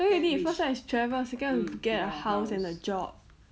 tell you already you first [one] is travel second [one] is get house and a job